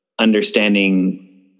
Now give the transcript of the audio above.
understanding